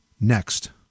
next